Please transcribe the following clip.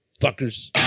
fuckers